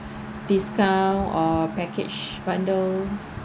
discount or package bundles